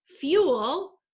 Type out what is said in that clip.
fuel